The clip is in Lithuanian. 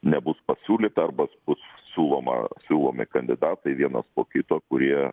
nebus pasiūlyta arba bus siūloma siūlomi kandidatai vienas po kito kurie